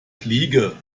fliege